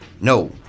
No